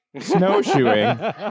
snowshoeing